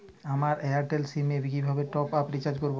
আমার Airtel sim এ কিভাবে টপ আপ রিচার্জ করবো?